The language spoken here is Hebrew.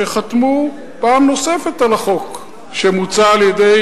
שחתמו פעם נוספת על החוק שמוצע על-ידי